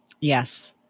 Yes